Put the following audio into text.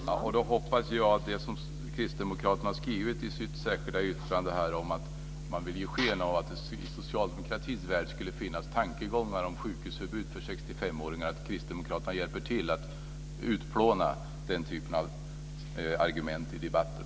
Fru talman! Då har jag en förhoppning om det som Kristdemokraterna har skrivit i sitt särskilda yttrande. Man vill ge sken av att det i socialdemokratins värld skulle finnas tankegångar om sjukhusförbud för 65-åringar. Jag hoppas att Kristdemokraterna hjälper till att utplåna den typen av argument i debatten.